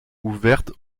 ouverte